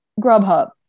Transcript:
Grubhub